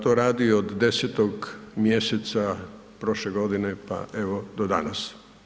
To radi od 10. mjeseca prošle godine pa evo do danas.